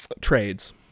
trades